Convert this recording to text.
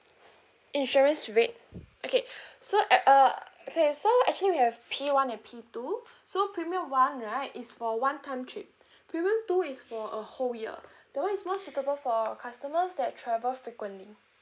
insurance rate okay so at uh okay so actually we have P one and P two so premium one right is for one time trip premium two is for a whole year the one is more suitable for our customers that travel frequently